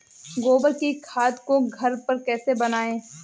गोबर की खाद को घर पर कैसे बनाएँ?